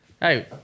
Hey